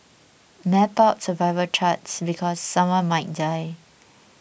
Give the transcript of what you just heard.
map out survival charts because someone might die